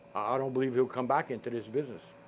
i don't believe he'll come back into this business.